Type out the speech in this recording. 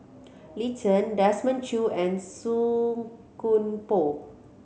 Lin Chen Desmond Choo and Song Koon Poh